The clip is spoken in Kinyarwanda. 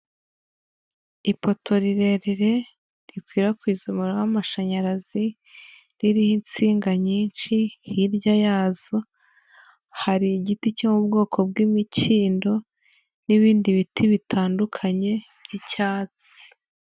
Ipoto rirerire rikwirakwiza umuriro w'amashanyarazi, ririho insinga nyinshi, hirya yazo hari igiti cyo mu bwoko bw'imikindo n'ibindi biti bitandukanye by'icyatsi.